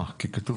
יעל שכטר